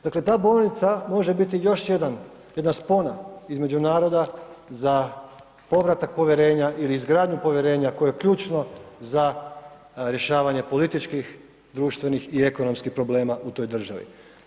Dakle ta bolnica može biti još jedna spona između naroda za povratak povjerenja ili izgradnju povjerenja koje je ključno za rješavanje političkih, društvenih i ekonomskih problema u toj državi.